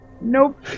Nope